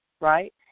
right